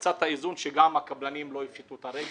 או אנחנו נמצא את האיזון שגם הקבלנים לא יפשטו את הרגל,